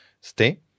stay